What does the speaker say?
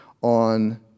on